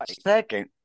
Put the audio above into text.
Second